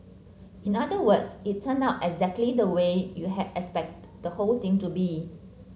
in other words it turned out exactly the way you had expect the whole thing to be